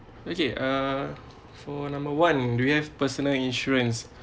okay uh for number one do you have personal insurance